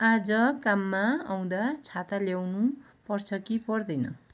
आज काममा आउँदा छाता ल्याउनु पर्छ कि पर्दैन